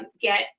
get